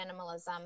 minimalism